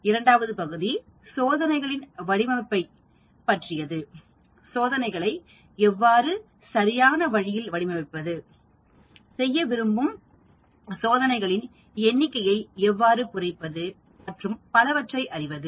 இரண்டாவது பகுதி சோதனைகளின் வடிவமைப்பைப் பற்றியது சோதனைகளை எவ்வாறு சரியான வழியில் வடிவமைப்பது செய்ய விரும்பும் சோதனைகளின் எண்ணிக்கையை எவ்வாறு குறைப்பது மற்றும் பலவற்றை அறிவது